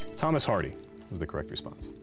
thomas hardy was the correct response.